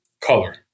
color